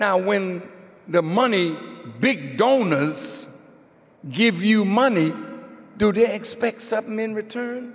now when the money big donors give you money do they expect seven in return